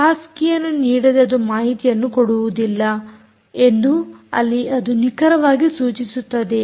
pass ಕೀಯನ್ನು ನೀಡದೆ ಅದು ಮಾಹಿತಿಯನ್ನು ಕೊಡುವುದಿಲ್ಲ ಎಂದು ಇಲ್ಲಿ ಅದು ನಿಖರವಾಗಿ ಸೂಚಿಸುತ್ತದೆ